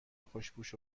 خوشپوش